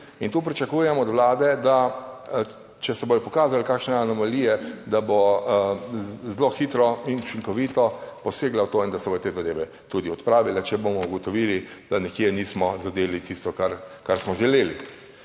in tu pričakujem od Vlade, da če se bodo pokazale kakšne anomalije, da bo zelo hitro in učinkovito posegla v to, in da se bodo te zadeve tudi odpravile, če bomo ugotovili, da nekje nismo zadeli tisto, kar smo želeli.